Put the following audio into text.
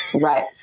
Right